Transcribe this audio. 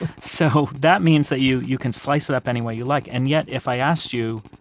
so, that means that you you can slice it up any way you like. and yet, if i ask you,